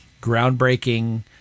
groundbreaking